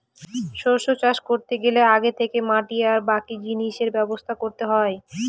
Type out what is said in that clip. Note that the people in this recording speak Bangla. শস্য চাষ করতে গেলে আগে থেকে মাটি আর বাকি জিনিসের ব্যবস্থা করতে হয়